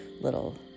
little